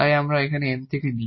তাই আমরা এই N থেকে নিই